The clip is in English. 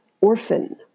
Orphan